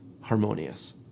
harmonious